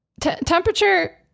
temperature